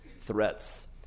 threats